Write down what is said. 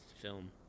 film